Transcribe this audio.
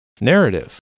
narrative